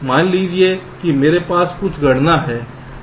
मान लीजिए कि मेरे पास कुछ गणना है जो एक समय T है